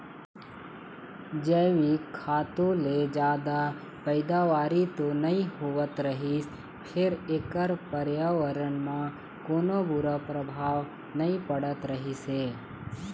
जइविक खातू ले जादा पइदावारी तो नइ होवत रहिस फेर एखर परयाबरन म कोनो बूरा परभाव नइ पड़त रहिस हे